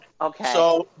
okay